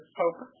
hope